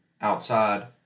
outside